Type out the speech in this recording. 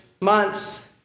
months